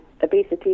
obesity